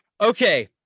Okay